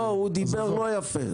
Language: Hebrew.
לא, הוא דיבר לא יפה.